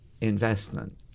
investment